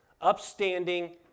upstanding